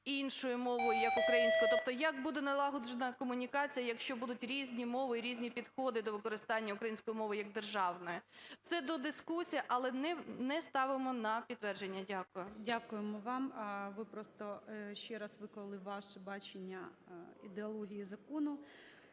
іншою мовою, як українською, тобто як буде налагоджена комунікація, якщо будуть різні мови, різні підходи до використання української мови як державної. Це до дискусії, але не ставимо на підтвердження. Дякую. ГОЛОВУЮЧИЙ. Дякуємо вам. Ви просто ще раз виклали ваше бачення ідеології закону.